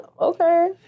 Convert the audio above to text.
okay